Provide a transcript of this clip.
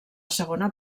segona